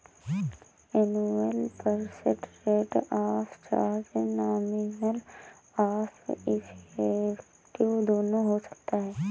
annual percent rate of charge nominal और effective दोनों हो सकता है